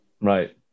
Right